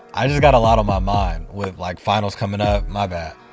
i just got a lot on my mind with like finals coming up. my bad.